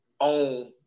own